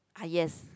uh yes